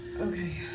Okay